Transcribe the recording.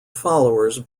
followers